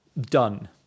done